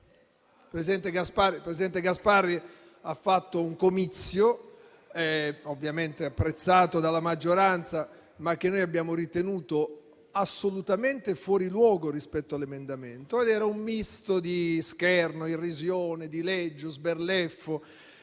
presidente Gasparri ha fatto un comizio, ovviamente apprezzato dalla maggioranza, ma che noi abbiamo ritenuto assolutamente fuori luogo rispetto all'emendamento. Era un misto di scherno, irrisione, dileggio, sberleffo,